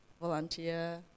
volunteer